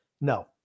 No